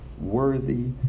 worthy